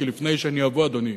כי לפני שאני אבוא, אדוני,